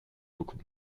beaucoup